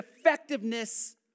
effectiveness